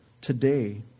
today